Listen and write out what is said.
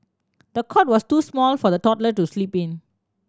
the cot was too small for the toddler to sleep in